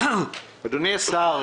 אדוני השר,